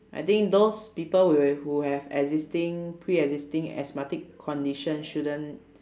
I think those people with who have existing pre existing asthmatic condition shouldn't